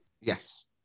yes